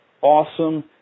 awesome